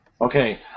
Okay